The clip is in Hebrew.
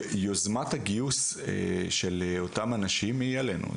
יוזמת הגיוס של אותם אנשים היא עלינו.